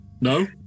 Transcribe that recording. No